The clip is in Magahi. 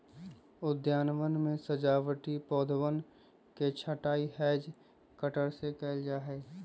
उद्यानवन में सजावटी पौधवन के छँटाई हैज कटर से कइल जाहई